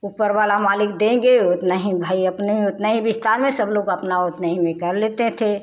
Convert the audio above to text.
ऊपर वाला मालिक देंगे उतना ही भाई अपने उतना ही विस्तार में सब लोग अपना ओतने ही में कर लेते थे